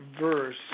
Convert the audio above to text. verse